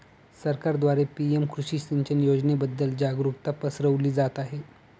सरकारद्वारे पी.एम कृषी सिंचन योजनेबद्दल जागरुकता पसरवली जात आहे